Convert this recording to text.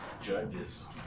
Judges